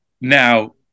now